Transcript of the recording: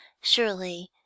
surely